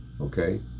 okay